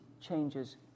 changes